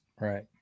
Right